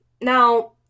Now